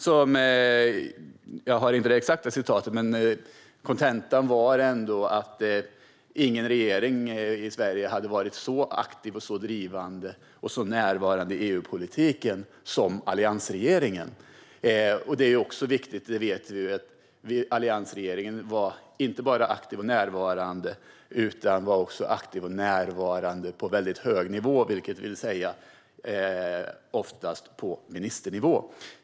Jag har inte det exakta citatet, men kontentan var att ingen regering i Sverige hade varit så aktiv, drivande och närvarande i EU-politiken som alliansregeringen. Något som också är viktigt är, som vi vet, att alliansregeringen inte bara var aktiv och närvarande utan också var detta på en mycket hög nivå, det vill säga oftast på ministernivå.